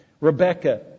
Rebecca